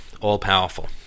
all-powerful